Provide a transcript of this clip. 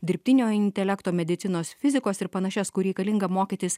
dirbtinio intelekto medicinos fizikos ir panašias kur reikalinga mokytis